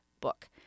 book